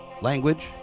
language